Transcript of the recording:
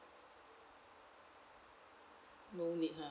no need ha